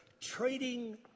trading